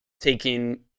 taking